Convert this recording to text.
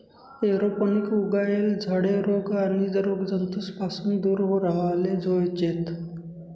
aeroponic उगायेल झाडे रोग आणि रोगजंतूस पासून दूर राव्हाले जोयजेत